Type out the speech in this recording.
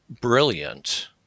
brilliant